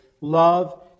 love